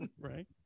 Right